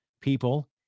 people